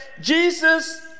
Jesus